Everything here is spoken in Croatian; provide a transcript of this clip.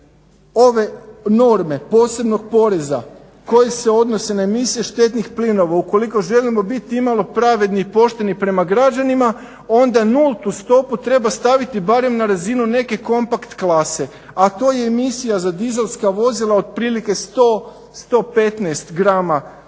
ove norme posebnog poreza koji se odnosi na emisije štetnih plinova ukoliko želimo biti imalo pravedni i pošteni prema građanima onda nultu stopu treba staviti barem na razinu neke kompakt klase, a to je emisija za dizelska vozila otprilike 100, 115 grama po